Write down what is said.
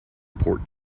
pork